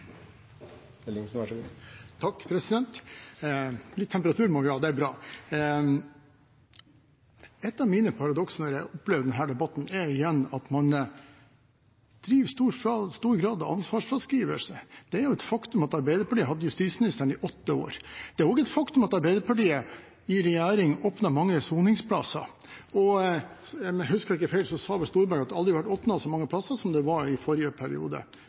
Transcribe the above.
bra. Et av de paradoksene jeg opplever i denne debatten, er at man i stor grad lider av ansvarsfraskrivelse. Det er et faktum at Arbeiderpartiet hadde justisministeren i åtte år. Det er også et faktum at Arbeiderpartiet i regjering åpnet mange soningsplasser. Husker jeg ikke feil, sa Storberget at det aldri hadde vært åpnet så mange plasser som i forrige periode – de åtte årene man satt i regjering. Utfordringen med de samme plassene var at man var verdensmester i